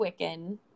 Wiccan